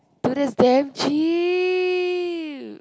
dude that's damn cheap